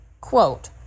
quote